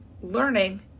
learning